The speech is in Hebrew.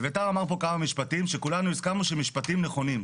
אביתר אמר פה כמה משפטים שכולנו הסכמנו שהם משפטים נכונים.